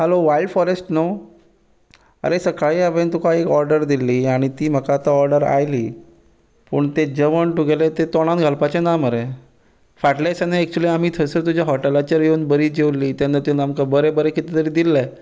hello wild forest न्हू आरे सकाळी हांवें तुका एक ऑर्डर दिल्ली आनी ती आतां म्हाका ऑर्डर आयली पूण तें जेवण तुगेलें तें तोंडांत घालपाचें ना मरे फाटल्यार दिसांनी एक्च्युअली आमी थंयसर तुज्या हॉटेलाचेर येवन बरीं जेवल्लीं तेन्ना तुवेन आमकां बरें कितें कितें दिल्लें